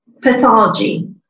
pathology